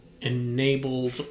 enabled